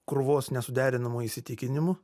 krūvos nesuderinamų įsitikinimų